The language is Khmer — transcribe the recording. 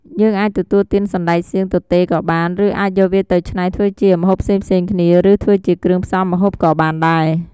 យើងអាចទទួលទានសណ្តែកសៀងទទេក៏បាន ឬ អាចយកវាទៅឆ្នៃធ្វើជា ម្ហូបផ្សេងៗគ្នា ឬ ធ្វើជាគ្រឿងផ្សំម្ហូបក៏បានដែរ។